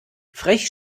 frech